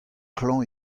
klañv